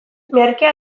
merkea